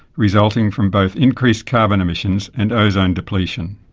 resulting from both increased carbon emissions and ozone depletion.